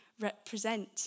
represent